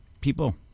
people